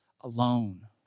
alone